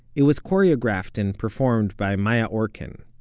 it was choreographed and performed by maya orchin.